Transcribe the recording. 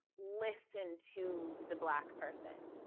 listen to the black person.